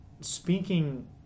speaking